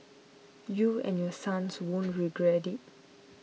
you and your sons won't regret it